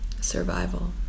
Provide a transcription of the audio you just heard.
survival